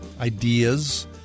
ideas